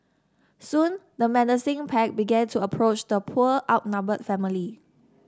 soon the menacing pack began to approach the poor outnumbered family